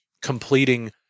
completing